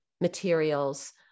materials